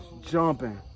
jumping